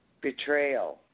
betrayal